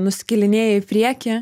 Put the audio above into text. nusikėlinėja į priekį